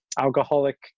alcoholic